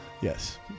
Yes